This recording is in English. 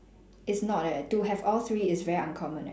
it's not eh to have all three is very uncommon eh